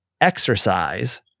exercise